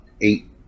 eight